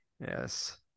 Yes